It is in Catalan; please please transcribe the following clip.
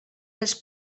dels